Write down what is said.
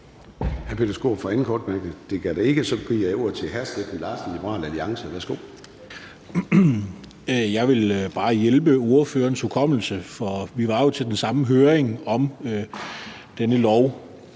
Jeg vil bare hjælpe ordførerens hukommelse på vej, for vi var jo til den samme høring om denne lov.